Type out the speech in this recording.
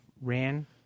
ran